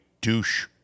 douche